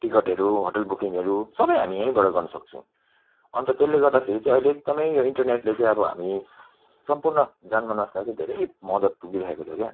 टिकटहरू होटल बुकिङहरू सबै हामी यहीँबाट गर्नुसक्छौँ अन्त त्यसले गर्दाखेरि चाहिँ अहिले एकदमै यो इन्टरनेटले चाहिँ अब हामी सम्पूर्ण जनमानसलाई चाहिँ धेरै मद्दत पुगिरहेको छ क्या